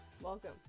Welcome